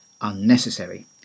unnecessary